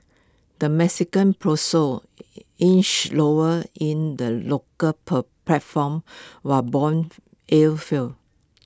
the Mexican peso inched lower in the local per platform while Bond yields fell